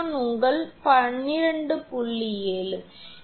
18 மின்னழுத்தம் 𝑉1 𝑉2 𝑉3 நீங்கள் அனைத்தையும் தொகுத்து 𝑉1 உங்கள் 12